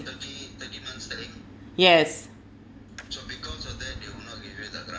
yes